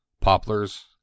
poplars